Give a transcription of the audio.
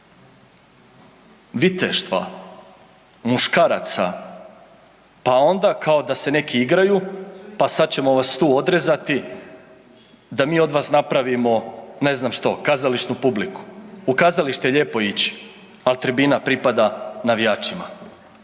viteštva muškaraca, pa onda kao da se neki igraju, pa sad ćemo vas tu odrezati da mi od vas napravimo ne znam što, kazališnu publiku. U kazalište je lijepo ići, al tribina pripada navijačima.